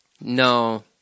No